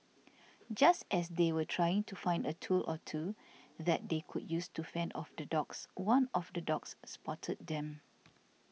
just as they were trying to find a tool or two that they could use to fend off the dogs one of the dogs spotted them